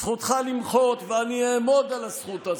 זכותך למחות, ואני אעמוד על הזכות הזאת.